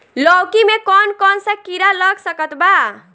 लौकी मे कौन कौन सा कीड़ा लग सकता बा?